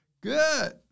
Good